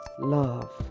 Love